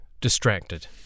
Distracted